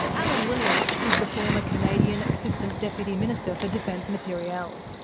alan williams is the former canadian assistant deputy minister for defence materiel.